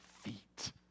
feet